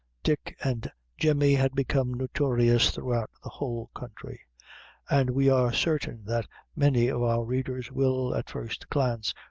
dick and jemmy had become notorious throughout the whole country and we are certain that many of our readers will, at first glance,